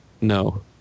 No